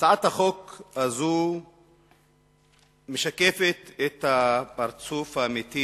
הצעת החוק הזאת משקפת את הפרצוף האמיתי